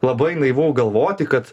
labai naivu galvoti kad